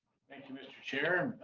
thank you mister chair.